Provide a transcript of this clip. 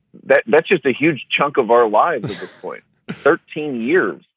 that that's just a huge chunk of our lives thirteen years.